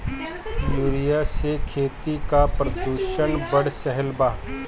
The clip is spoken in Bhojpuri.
यूरिया से खेती क प्रदूषण बढ़ रहल बा